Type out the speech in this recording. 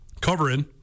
covering